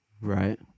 right